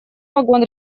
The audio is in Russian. вагон